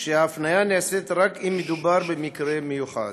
ההפניה נעשית רק אם מדובר במקרה מיוחד.